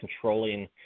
controlling